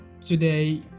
today